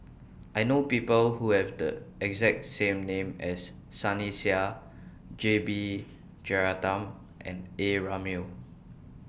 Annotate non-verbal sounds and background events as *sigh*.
*noise* I know People Who Have The exact same name as Sunny Sia J B Jeyaretnam and A Ramli